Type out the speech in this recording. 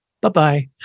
bye-bye